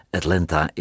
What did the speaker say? Atlanta